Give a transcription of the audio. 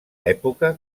època